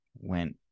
went